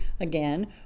again